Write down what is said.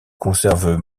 conservent